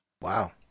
Wow